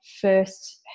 first